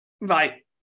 Right